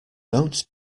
don’t